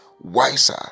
wiser